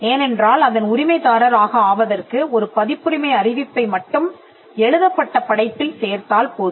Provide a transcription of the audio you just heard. ஏனென்றால் அதன் உரிமைதாரர் ஆக ஆவதற்கு ஒரு பதிப்புரிமை அறிவிப்பை மட்டும் எழுதப்பட்ட படைப்பில் சேர்த்தால் போதும்